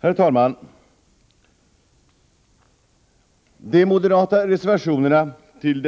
Herr talman! De moderata reservationerna till